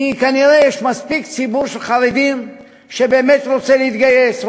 כי כנראה יש ציבור חרדים מספיק גדול שבאמת רוצה להתגייס,